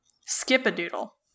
Skip-a-doodle